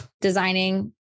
designing